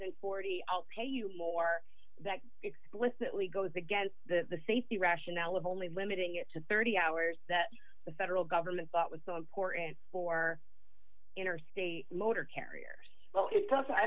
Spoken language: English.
than forty out pay you more that explicitly goes against the safety rationale of only limiting it to thirty hours that the federal government thought was so important for interstate motor carriers well